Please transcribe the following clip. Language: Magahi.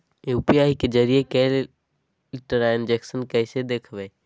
यू.पी.आई के जरिए कैल ट्रांजेक्शन कैसे देखबै?